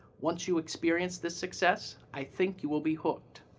once you experience this success, i think you will be hooked!